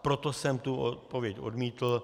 Proto jsem tu odpověď odmítl.